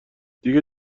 دیگه